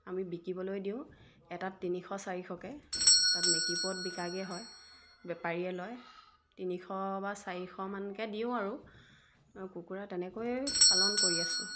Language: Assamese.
আমি বিকিবলৈ দিওঁ এটাত তিনিশ চাৰিশকৈ তাত মেকিপুৰত বিকাগৈ হয় বেপাৰীয়ে লয় তিনিশ বা চাৰিশমানকৈ দিওঁ আৰু মই কুকুৰা তেনেকৈ পালন কৰি আছোঁ